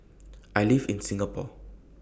I live in Singapore